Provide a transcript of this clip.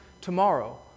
tomorrow